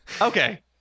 Okay